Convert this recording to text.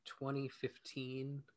2015